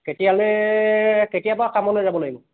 কেতিয়ালৈ কেতিয়াৰ পৰা কামলৈ যাব লাগিব